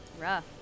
Rough